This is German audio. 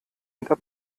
unter